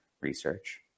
research